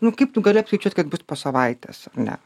nu kaip tu gali apskaičiuot kas bus po savaitės ar ne